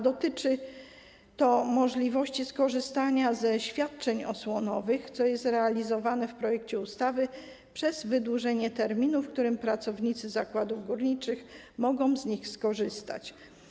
Dotyczy możliwości skorzystania ze świadczeń osłonowych, co jest realizowane w projekcie ustawy przez wydłużenie terminu, w którym pracownicy zakładów górniczych mogą z nich skorzystać.